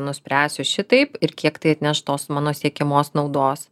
nuspręsiu šitaip ir kiek tai atneš tos mano siekiamos naudos